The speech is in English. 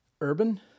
Urban